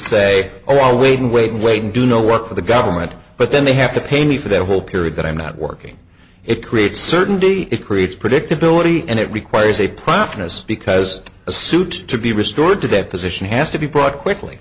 say oh well wait wait wait do no work for the government but then they have to pay me for that whole period that i'm not working it creates certainty it creates predictability and it requires a promise because a suit to be restored to that position has to be brought quickly